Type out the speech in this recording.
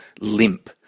limp